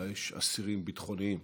אולי יש אסירים ביטחוניים.